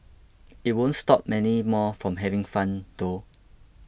it won't stop many more from having fun though